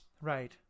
Right